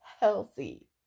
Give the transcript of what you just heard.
healthy